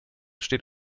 steht